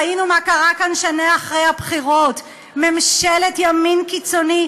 ראינו מה קרה כאן שנה אחרי הבחירות ממשלת ימין קיצוני,